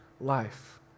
life